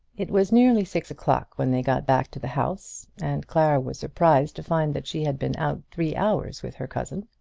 it was nearly six o'clock when they got back to the house, and clara was surprised to find that she had been out three hours with her cousin.